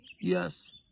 Yes